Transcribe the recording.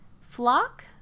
flock